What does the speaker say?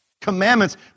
commandments